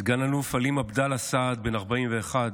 סא"ל עלים עבדאללה סעד, בן 41,